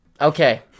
okay